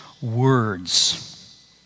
words